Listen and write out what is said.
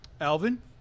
Alvin